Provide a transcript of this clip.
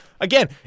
again